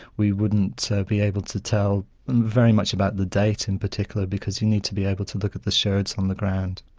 we wouldn't so be able to tell very much about the date in particular because you need to be able to look at the shards on the ground.